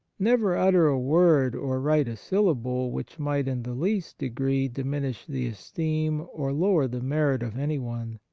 never utter a word or write a syllable which might in the least degree diminish the esteem or lower the merit of anyone.